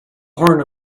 horn